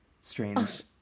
Strange